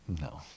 no